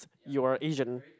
you're Asian